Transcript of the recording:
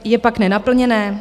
Je pak nenaplněné?